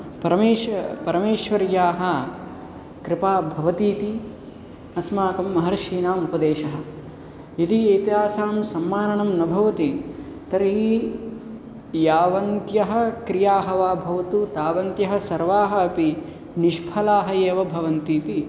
परमेश परमेश्वर्याः कृपा भवतीति अस्माकं महर्षीणामुपदेशः यदि एतासां सम्माननं न भवति तर्हि यावन्त्यः क्रियाः वा भवतु तावन्त्यः सर्वाः अपि निष्फलाः एव भवन्तीति